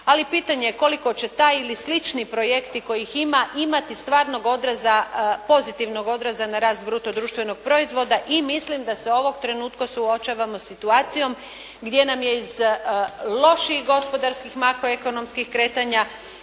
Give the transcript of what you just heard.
Ali pitanje je koliko će taj ili slični projekti kojih ima imati stvarnog odraza, pozitivnog odraza na rast bruto društvenog proizvoda i mislim da se ovog trenutka suočavamo sa situacijom gdje nam je iz lošijih gospodarskih makroekonomskih kretanja